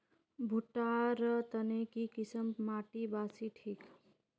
भुट्टा र तने की किसम माटी बासी ठिक?